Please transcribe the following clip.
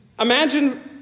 imagine